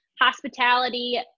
hospitality